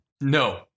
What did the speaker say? No